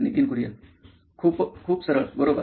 Nitin Kurian COO nine electronics खूप सरळ बरोबर